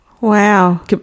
wow